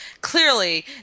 clearly